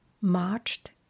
marched